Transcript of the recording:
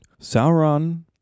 Sauron